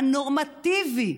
הנורמטיבי,